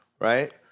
right